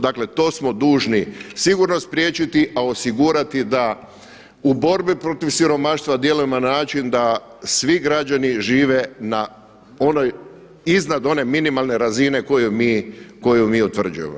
Dakle, to smo dužni sigurno spriječiti, a osigurati da u borbi protiv siromaštva djelujemo na način da svi građani žive iznad one minimalne razine koju mi utvrđujemo.